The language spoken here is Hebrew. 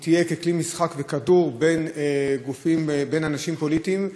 היא תהיה ככלי משחק וכדור בין גופים ואנשים פוליטיים,